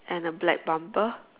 and a black bumper